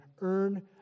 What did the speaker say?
earn